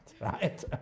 right